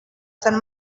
sant